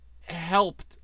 helped